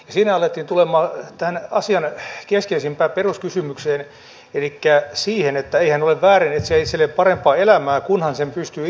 siinä alettiin tulla tähän asian keskeisimpään peruskysymykseen elikkä siihen että eihän ole väärin etsiä itselleen parempaa elämää kunhan sen pystyy itse kustantamaan